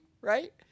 right